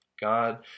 God